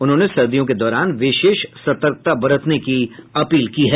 उन्होंने सर्दियों के दौरान विशेष सतर्कता बरतने की अपील की है